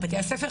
בבתי-הספר,